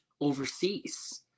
overseas